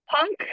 punk